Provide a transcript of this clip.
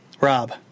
Rob